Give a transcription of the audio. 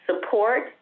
support